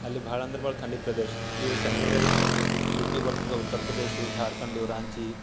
ಅಲ್ಲಿ ಭಾಳ ಅಂದ್ರೆ ಭಾಳ ಥಂಡಿ ಪ್ರದೇಶ ಇವು ಸೆಂಟ್ರದಾಗೇನು ಯುಪಿ ಬರ್ತದೆ ಉತ್ತರ ಪ್ರದೇ ಜಾರ್ಖಂಡು ರಾಂಚಿ